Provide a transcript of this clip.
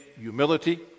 humility